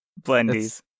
Blendies